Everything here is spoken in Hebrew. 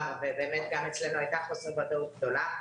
ובאמת גם אצלנו הייתה חוסר ודאות גדולה,